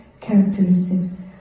characteristics